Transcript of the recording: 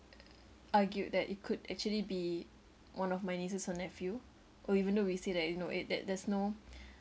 argued that it could actually be one of my nieces or nephew oh even though we say that you know it that there's no